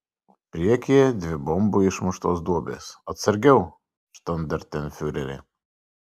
priekyje dvi bombų išmuštos duobės atsargiau štandartenfiureri